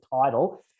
title